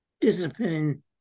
discipline